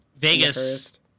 Vegas